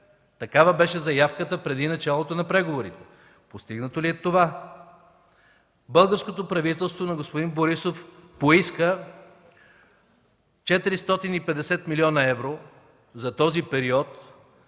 Такава беше заявката преди началото на преговорите. Постигнато ли е това? Българското правителство на господин Борисов поиска 450 млн. евро за този период